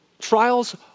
Trials